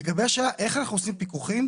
לגבי השאלה איך אנחנו עושים פיקוחים,